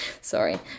Sorry